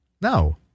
no